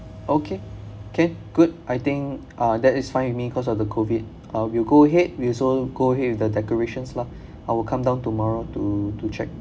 okay K good I think uh that is fine with me cause of the COVID uh we'll go ahead we'll also go ahead with the decorations lah I will come down tomorrow to to check